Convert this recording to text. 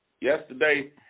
yesterday